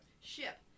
Ship